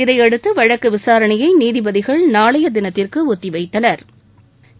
இதையடுத்து வழக்கு விசாரணையை நீதிபதிகள் நாளைய தினத்திற்கு ஒத்தி வைத்தனா்